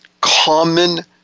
common